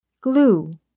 glue